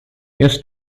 just